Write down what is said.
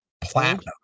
platinum